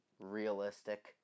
realistic